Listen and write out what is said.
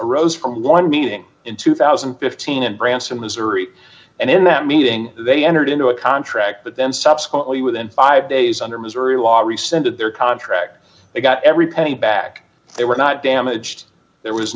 arose from one meeting in two thousand and fifteen in branson missouri and in that meeting they entered into a contract but then subsequently within five days under missouri law rescinded their contract they got every penny back they were not damaged there was